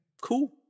cool